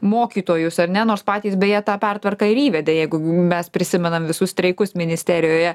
mokytojus ar ne nors patys beje tą pertvarką ir įvedė jeigu mes prisimenam visus streikus ministerijoje